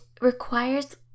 requires